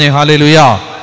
Hallelujah